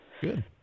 Good